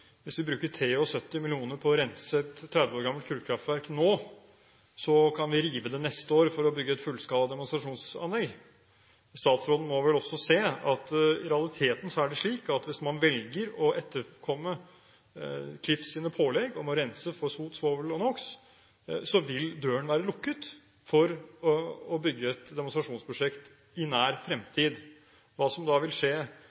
hvis vi bruker 73 mill. kr på å rense et 30 år gammelt kullkraftverk nå, så kan vi rive det neste år for å bygge et fullskala demonstrasjonsanlegg. Statsråden må vel også se at i realiteten er det slik at hvis man velger å etterkomme Klifs pålegg om å rense for sot, svovel og NOx, vil døren være lukket for å bygge et demonstrasjonsprosjekt i nær fremtid. Hva som da vil skje